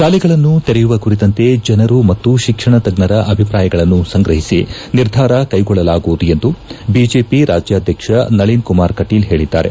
ಶಾಲೆಗಳನ್ನು ತೆರೆಯುವ ಕುರಿತಂತೆ ಜನರು ಮತ್ತು ಶಿಕ್ಷಣ ತಜ್ಞರ ಅಭಿಪ್ರಾಯಗಳನ್ನು ಸಂಗ್ರಹಿಸಿ ನಿರ್ಧಾರ ಕೈಗೊಳ್ಳಲಾಗುವುದು ಎಂದು ಬಿಜೆಪಿ ರಾಜ್ಗಾದ್ವಕ್ಷ ನಳಿನ್ ಕುಮಾರ್ ಕಟೀಲ್ ಹೇಳಿದ್ದಾರೆ